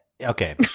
Okay